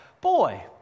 boy